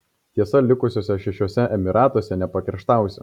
tiesa likusiuose šešiuose emyratuose nepakerštausi